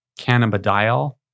cannabidiol